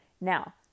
Now